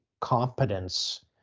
competence